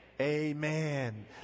amen